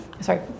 sorry